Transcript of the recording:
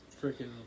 Freaking